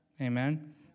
Amen